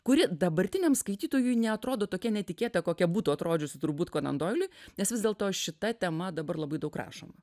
kuri dabartiniam skaitytojui neatrodo tokia netikėta kokia būtų atrodžiusi turbūt konan doiliui nes vis dėlto šita tema dabar labai daug rašoma